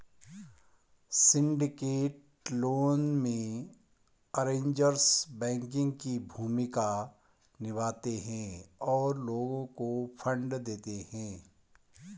syndicated loan में, arrangers banking की भूमिका निभाते हैं और लोगों को फंड देते हैं